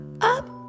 up